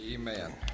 Amen